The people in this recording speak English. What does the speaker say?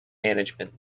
management